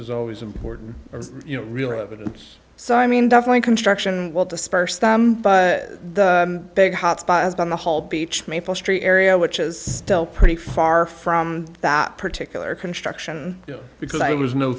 is always important you know real evidence so i mean definitely construction will disperse them but the big hot spot has been the whole beach maple street area which is still pretty far from that particular construction because i was no